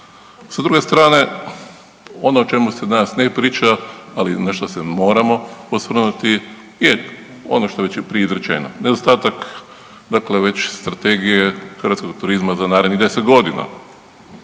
Sa druge strane ono o čemu se danas ne priča, ali nešto se moramo osvrnuti je ono što je već prije izrečeno. Nedostatak dakle veće strategije hrvatskog turizma za narednih 10 godina.